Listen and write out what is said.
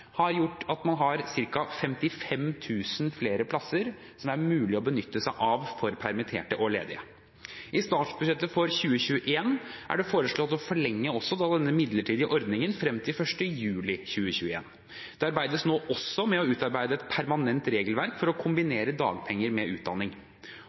man har ca. 55 000 flere plasser det er mulig å benytte seg av for permitterte og ledige. I statsbudsjettet for 2021 er det foreslått å forlenge også denne midlertidige ordningen frem til 1. juli 2021. Det arbeides nå også med å utarbeide et permanent regelverk for å